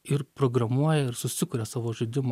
ir programuoja ir susikuria savo žaidimą